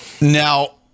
now